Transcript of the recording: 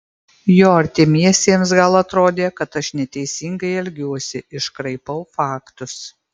jo artimiesiems gal atrodė kad aš neteisingai elgiuosi iškraipau faktus